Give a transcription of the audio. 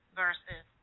versus